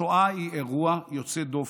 השואה היא אירוע יוצא דופן,